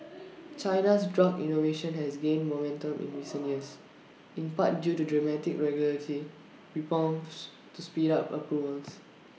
China's drug innovation has gained momentum in recent years in part due to dramatic regulatory reforms to speed up approvals